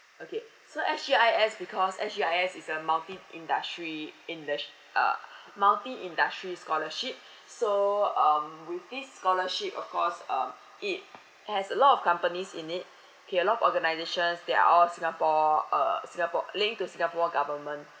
okay so S_G_I_S because S_G_I_S is a multi industry in the sch~ uh multi industry scholarship so um with this scholarship of course um it has a lot of companies in it okay a lot of organisations that are all singapore uh singapore linked to singapore government